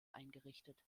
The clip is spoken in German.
eingerichtet